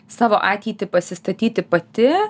savo ateitį pasistatyti pati